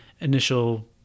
initial